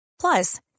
Plus